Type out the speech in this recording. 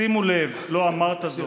שימו לב, לא אמרת זאת,